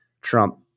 Trump